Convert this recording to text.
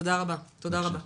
תודה רבה.